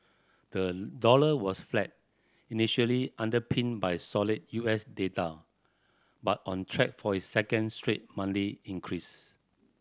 the dollar was flat initially underpinned by solid U S data but on track for its second straight Monday increase